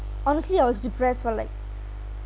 honestly I was depressed for like